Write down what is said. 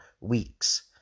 weeks